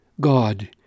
God